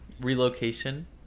relocation